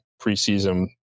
preseason